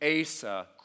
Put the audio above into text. Asa